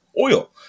oil